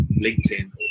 LinkedIn